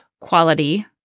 quality